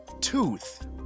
tooth